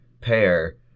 pair